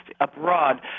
abroad